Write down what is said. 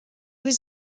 was